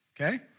okay